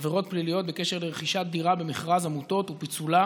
עבירות פליליות בקשר לרכישת דירה במכרז עמותות ופיצולה